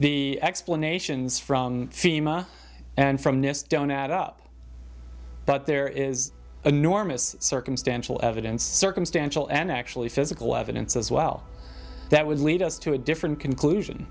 the explanations from fema and from nist don't add up but there is enormous circumstantial evidence circumstantial and actually physical evidence as well that would lead us to a different conclusion